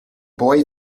boy